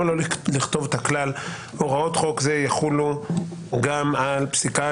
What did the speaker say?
למה לא לכתוב את הכלל: הוראות חוק זה יחולו גם על פסיקת